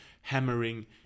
hammering